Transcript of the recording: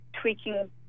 tweaking